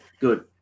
good